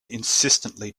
insistently